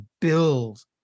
build